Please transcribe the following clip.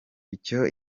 icyo